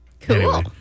Cool